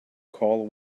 call